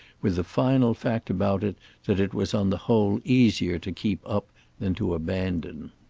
with the final fact about it that it was on the whole easier to keep up than to abandon.